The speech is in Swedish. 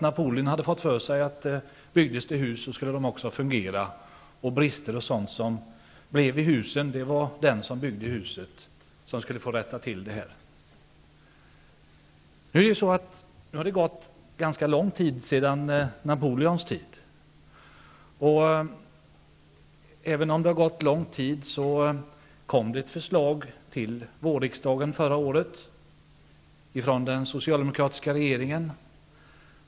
Napoleon hade fått för sig att om det byggdes hus skulle de också fungera. Brister som uppstod i husen skulle den som byggde husen få rätta till. Nu har det gått ganska lång tid sedan Napoleons tid. Även om det har gått lång tid kom det ett förslag till vårriksdagen förra året från den socialdemokratiska regeringen.